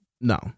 No